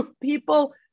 people